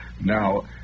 now